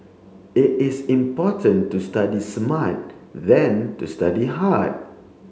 it is important to study smart than to study hard